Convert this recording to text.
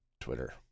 Twitter